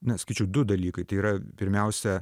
ne sakyčiau du dalykai tai yra pirmiausia